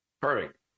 Perfect